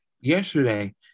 Yesterday